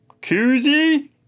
Koozie